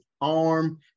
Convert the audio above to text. arm